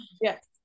Yes